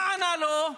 מה ענה לו?